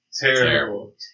terrible